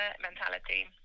mentality